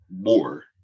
more